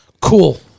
cool